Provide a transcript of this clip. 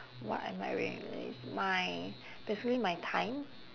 what am I willingly risk my basically my time